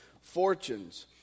fortunes